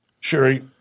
Sherry